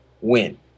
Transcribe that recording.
Win